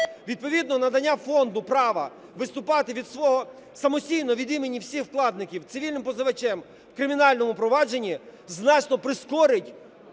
Відповідно надання фонду права виступати самостійно від імені всіх вкладників цивільним позивачем у кримінальному провадженні значно прискорить